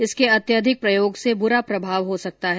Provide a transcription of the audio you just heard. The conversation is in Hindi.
इसके अत्यधिक प्रयोग से बुरा प्रभाव हो सकता है